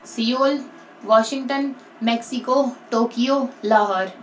Seoul Washington Mexico Tokyo Lahore